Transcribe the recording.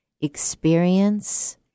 experience